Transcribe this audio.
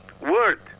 word